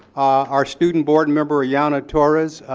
our student board member aiyana torres,